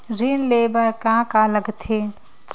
ऋण ले बर का का लगथे?